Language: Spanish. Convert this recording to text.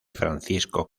francisco